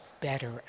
better